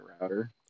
router